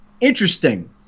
interesting